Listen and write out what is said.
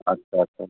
आस्सा आस्सा आस्सा